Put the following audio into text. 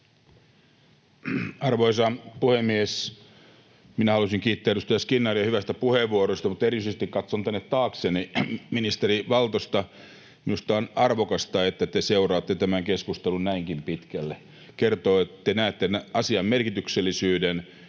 Arvoisa puhemies! Minä haluaisin kiittää edustaja Skinnaria hyvästä puheenvuorosta, mutta erityisesti katson tänne taakseni ministeri Valtosta. Minusta on arvokasta, että te seuraatte tämän keskustelun näinkin pitkälle. Kertoo, että te näette asian merkityksellisyyden,